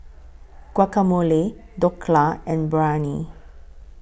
Guacamole Dhokla and Biryani